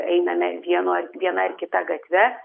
einame vienu viena ar kita gatve